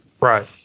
right